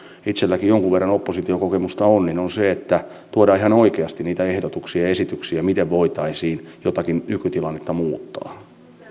itsellänikin jonkun verran oppositiokokemusta on on se että tuodaan ihan oikeasti niitä ehdotuksia ja esityksiä miten voitaisiin jotakin nykytilannetta muuttaa